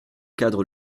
cadre